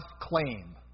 claim